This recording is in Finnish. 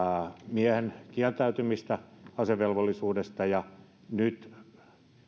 miehen kieltäytymistä asevelvollisuudesta mutta nyt